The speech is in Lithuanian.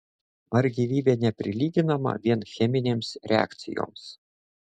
ar gyvybė neprilyginama vien cheminėms reakcijoms